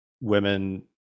women